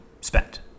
spent